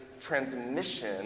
transmission